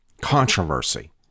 controversy